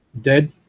dead